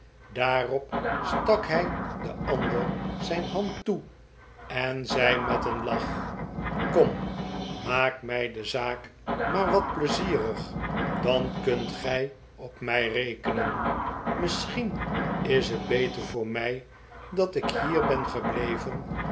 daarop stak hij den ander zijn hand toe en zei met een lach kom maak mij de zaak maar wat pleizierig dan kunt gij op mij rekenen misschien is het beter voor mij dat ik hier ben gebleven